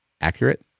accurate